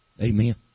Amen